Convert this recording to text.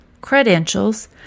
credentials